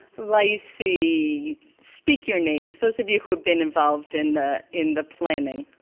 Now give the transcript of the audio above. lacy. speak your names, those of you who have been involved in the in the planning.